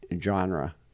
genre